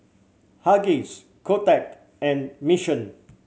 Huggies Kotex and Mission